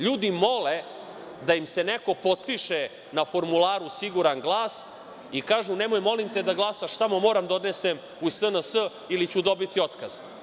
LJudi mole da im se neko potpiše na formularu „siguran glas“ i kažu – nemoj molim te da glasaš, samo moram da odnesem u SNS ili ću dobiti otkaz.